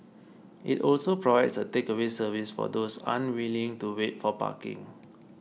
it also provides a takeaway service for those unwilling to wait for parking